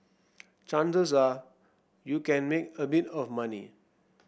chances are you can make a bit of money